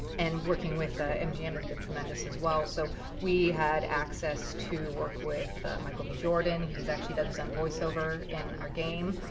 and working with ah mgm has been tremendous as well. so we had access to work with michael b. jordan. he's actually done some voiceover in our game.